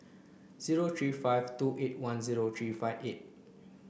zero three five two eight one zero three five eight